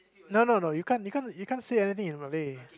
no no no you can't you can't you can't say anything in Malay